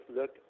look